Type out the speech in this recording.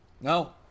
No